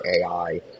AI